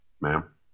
Ma'am